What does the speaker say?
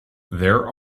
there